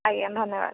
ଆଜ୍ଞା ଧନ୍ୟବାଦ୍